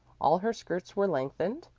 all her skirts were lengthened,